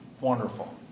Wonderful